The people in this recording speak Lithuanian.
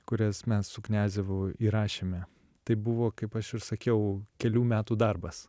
kurias mes su kniazevu įrašėme tai buvo kaip aš ir sakiau kelių metų darbas